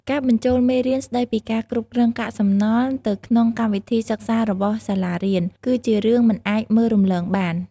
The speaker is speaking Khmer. ការបញ្ចូលមេរៀនស្តីពីការគ្រប់គ្រងកាកសំណល់ទៅក្នុងកម្មវិធីសិក្សារបស់សាលារៀន គឺជារឿងមិនអាចមើលរំលងបាន។